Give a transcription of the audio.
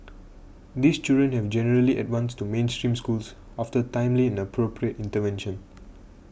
these children have generally advanced to mainstream schools after timely and appropriate intervention